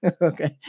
Okay